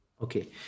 okay